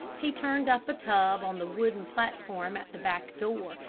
he turned up a tub on the wooden platform at the back door,